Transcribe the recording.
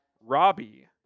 Robbie